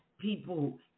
people